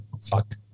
fucked